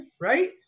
right